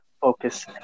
Focus